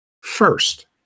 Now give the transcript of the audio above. First